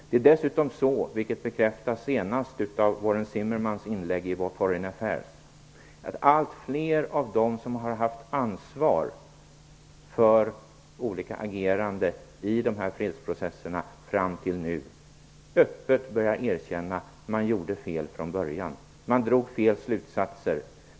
Det är dessutom så, vilket bekräftats senast av Warren Zimmermanns inlägg i Foreign Affairs, att allt fler av dem som haft ansvar för olika ageranden i fredsprocesserna fram till nu öppet börjar erkänna att de gjort fel från början. Man drog fel slutsatser.